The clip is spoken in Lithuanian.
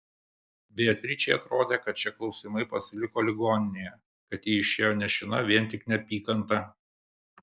beatričei atrodė kad šie klausimai pasiliko ligoninėje kad ji išėjo nešina vien tik neapykanta